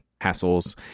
hassles